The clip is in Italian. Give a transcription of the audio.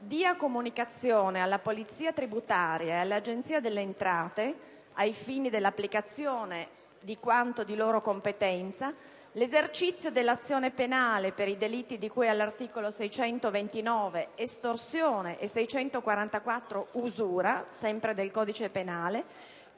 dia comunicazione alla polizia tributaria e all'Agenzia delle entrate, ai fini dell'applicazione di quanto di loro competenza, quando esercita l'azione penale per i delitti di cui all'articolo 629 (estorsione) e 644 (usura) del codice penale,